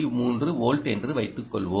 3 volt என்று வைத்துக் கொள்வோம்